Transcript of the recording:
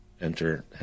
enter